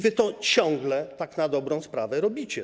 Wy to ciągle tak na dobrą sprawę robicie.